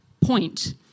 point